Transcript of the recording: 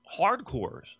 hardcores